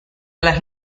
las